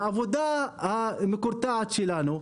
לעבודה המקרטעת שלנו,